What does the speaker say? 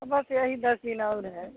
बस यही दस दिन और हैं